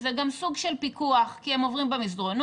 זה גם סוג של פיקוח כי הם עוברים במסדרונות,